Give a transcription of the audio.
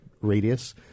radius